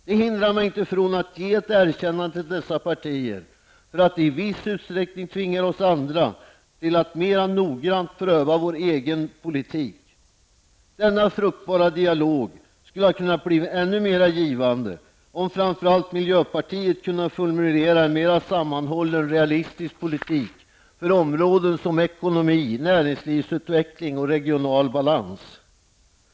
Detta hindrar mig inte från att ge ett erkännande till dessa partier för att de i viss utsträckning tvingar oss andra till att mera noggrant pröva vår egen politik. Denna fruktbara dialog skulle ha kunnat bli mer givande om framför allt miljöpartiet kunnat formulera en mera sammanhållen realistisk politik för områden som ekonomi, näringslivsutveckling och regional balans.